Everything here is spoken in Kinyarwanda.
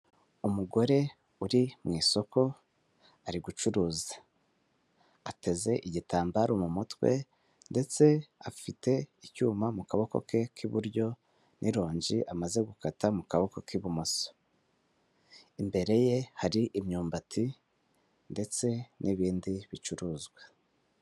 Umugore uri mu isoko ari gucuruza ateze igitambaro mu mutwe ndetse afite icyuma mu kaboko ke k'iburyo, n'ironji amaze gukata mu kaboko k'ibumoso. Imbere ye hari imyumbati ndetse n'ibindi bicuruzwa.